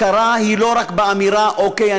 הכרה היא לא רק באמירה: אוקיי,